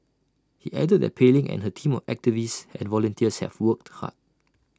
he added that Pei Ling and her team of activists and volunteers have worked hard